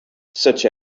such